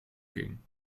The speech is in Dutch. king